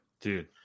dude